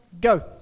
Go